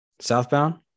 southbound